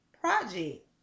project